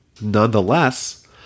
Nonetheless